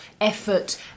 effort